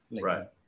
right